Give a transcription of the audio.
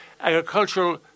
agricultural